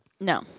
No